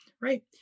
right